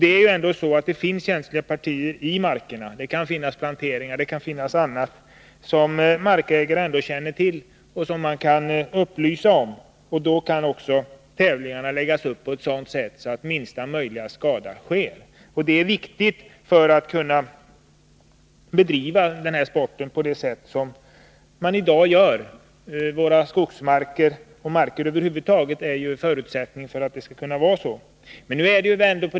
Det är ju ändå så att det kan finnas känsliga partier i markerna — det kan vara planteringar och annat — som markägaren känner till och kan upplysa om. Då kan också tävlingarna läggas upp på ett sådant sätt att minsta möjliga skada sker. Och det är viktigt för att man skall kunna bedriva den här sporten på det sätt som man i dag gör. Våra skogsmarker, ja, våra marker över huvud taget, är en förutsättning härför.